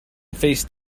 face